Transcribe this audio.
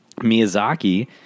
Miyazaki